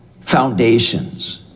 foundations